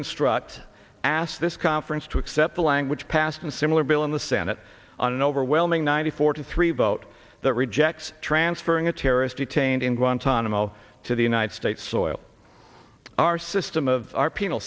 instruct asked this conference to accept the language passed and similar bill in the senate on an overwhelming ninety four to three vote that rejects transferring a terrorist detained in guantanamo to the united states soil our system of our penal